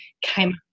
came